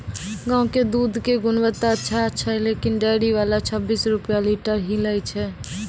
गांव के दूध के गुणवत्ता अच्छा छै लेकिन डेयरी वाला छब्बीस रुपिया लीटर ही लेय छै?